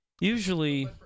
usually